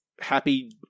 happy